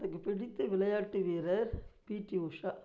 எனக்கு பிடித்த விளையாட்டு வீரர் பிடி உஷா